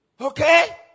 okay